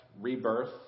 rebirth